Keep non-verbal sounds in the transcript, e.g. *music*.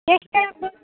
ಎಷ್ಟು *unintelligible*